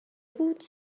بود